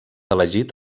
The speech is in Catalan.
elegit